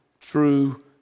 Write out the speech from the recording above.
true